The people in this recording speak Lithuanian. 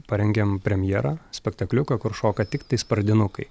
parengėm premjerą spektakliuką kur šoka tiktais pradinukai